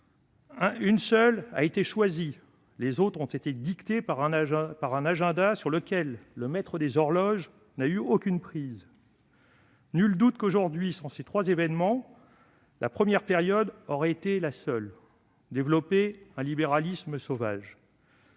une seule a été choisie : les autres ont été dictées par un agenda sur lequel le maître des horloges n'a eu aucune prise. Nul doute qu'aujourd'hui, sans ces événements, la première période aurait été la seule : il se serait agi,